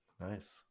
nice